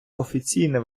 офіційне